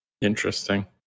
interesting